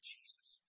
Jesus